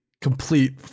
complete